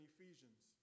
Ephesians